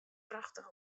prachtich